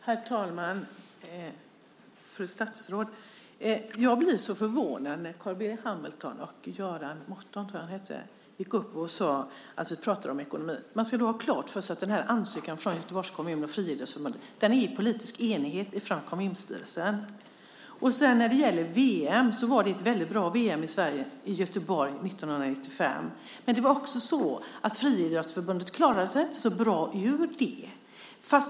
Herr talman! Fru statsråd! Jag blev förvånad när Carl B Hamilton och Göran Montan gick upp och pratade om ekonomi. Man ska ha klart för sig att ansökan från Göteborgs kommun och Friidrottsförbundet är i politisk enighet från kommunstyrelsen. Det var ett väldigt bra VM i Sverige i Göteborg 1995. Friidrottsförbundet klarade sig inte så bra ur det.